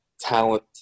talent